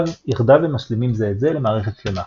יחדיו הם משלימים זה את זה למערכת שלמה.